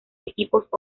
equipos